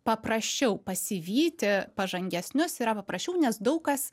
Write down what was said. paprasčiau pasivyti pažangesnius yra paprasčiau nes daug kas